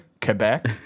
Quebec